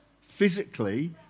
physically